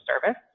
Service